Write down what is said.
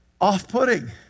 Off-putting